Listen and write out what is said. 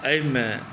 एहिमे